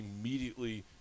immediately